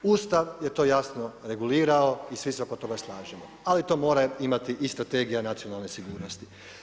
Ustav je to jasno regulirao i svi se oko toga slažemo, ali to mora imati i strategija nacionalne sigurnosti.